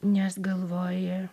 nes galvoji